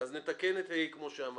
כולם או מקצתם,